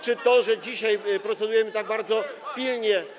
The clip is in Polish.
Czy to, że dzisiaj procedujemy tak bardzo pilnie.